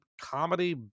comedy